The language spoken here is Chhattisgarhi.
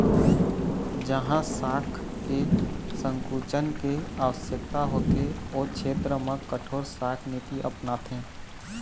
जहाँ शाख के संकुचन के आवश्यकता होथे ओ छेत्र म कठोर शाख नीति अपनाथे